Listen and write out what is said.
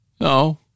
no